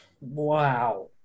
Wow